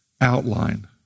outline